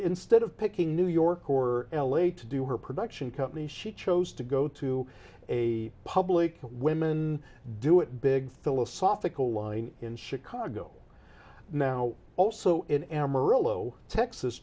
instead of picking new york or l a to do her production company she chose to go to a public women do it big philosophical line in chicago now also in amarillo texas